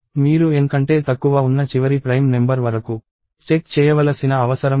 మీరు N కంటే తక్కువ ఉన్న చివరి ప్రైమ్ నెంబర్ వరకు చెక్ చేయవలసిన అవసరం లేదు